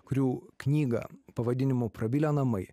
kurių knygą pavadinimu prabilę namai